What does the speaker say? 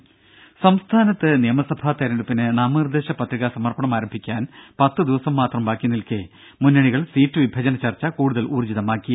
രുര സംസ്ഥാനത്ത് നിയമസഭാ തെരഞ്ഞെടുപ്പിന് നാമനിർദേശ പത്രിക സമർപ്പണം ആരംഭിക്കാൻ പത്ത് ദിവസം മാത്രം ബാക്കി നിൽക്കെ മുന്നണികൾ സീറ്റ് വിഭജന ചർച്ച കൂടുതൽ ഊർജ്ജിതമാക്കി